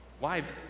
Wives